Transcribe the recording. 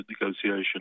negotiation